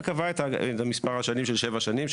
וקבע את מספר השנים של שבע שנים,